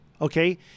Okay